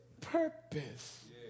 purpose